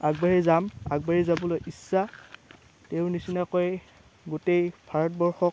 আগবাঢ়ি যাম আগবাঢ়ি যাবলৈ ইচ্ছা তেওঁৰ নিচিনাকৈ গোটেই ভাৰতবৰ্ষক